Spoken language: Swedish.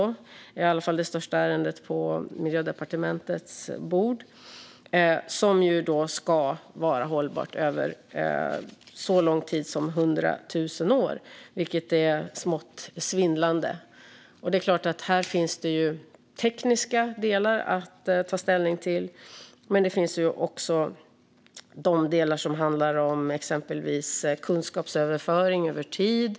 Det är i alla fall det största ärendet på Miljödepartementets bord, och det är något ska vara hållbart över så lång tid som hundra tusen år, vilket är smått svindlande. Det är klart att det finns tekniska delar att ta ställning till, men det finns också delar som handlar om exempelvis kunskapsöverföring över tid.